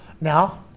now